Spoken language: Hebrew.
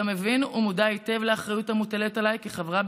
אתה מבין ומודע היטב לאחריות המוטלת עליי כחברה